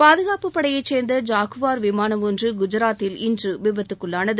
பாதுகாப்புப் படையை சேர்ந்த ஜாக்குவார் விமானம் ஒன்று குஜராத்தில் இன்று விபத்திற்குள்ளானது